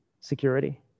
security